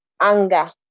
anger